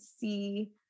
see